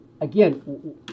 again